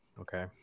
Okay